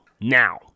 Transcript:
Now